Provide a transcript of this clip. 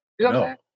No